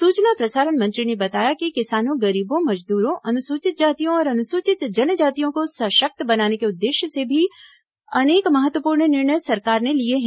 सूचना प्रसारण मंत्री ने बताया कि किसानों गरीबों मजदूरों अनुसूचित जातियों और अनुसूचित जनजातियों को सशक्त बनाने के उद्देश्य से भी अनेक महत्वपूर्ण निर्णय सरकार ने लिए हैं